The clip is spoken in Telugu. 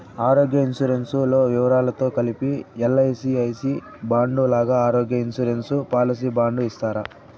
ఆరోగ్య ఇన్సూరెన్సు లో వివరాలతో కలిపి ఎల్.ఐ.సి ఐ సి బాండు లాగా ఆరోగ్య ఇన్సూరెన్సు పాలసీ బాండు ఇస్తారా?